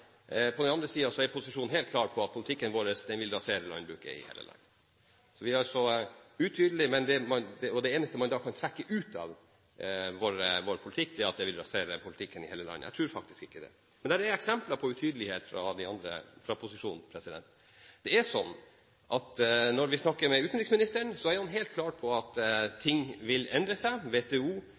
på den andre siden er posisjonen helt klar på at politikken vår vil rasere landbruket i hele landet. Vi er altså utydelige, og det eneste man da kan trekke ut av vår politikk, er at den vil rasere landbruket i hele landet. Jeg tror faktisk ikke det. Det er eksempler på utydelighet fra posisjonen. Når vi snakker med utenriksministeren, er han helt klar på at ting vil endre seg.